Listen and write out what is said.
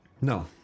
No